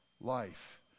life